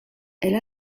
elle